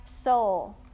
soul